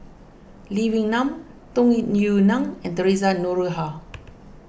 Lee Wee Nam Tung Yue Nang and theresa Noronha